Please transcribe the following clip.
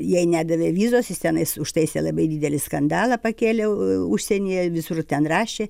jai nedavė vizos jis tenais užtaisė labai didelį skandalą pakėliau užsienyje visur ten rašė